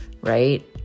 right